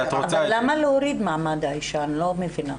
אבל למה להוריד 'מעמד האישה' אני לא מבינה.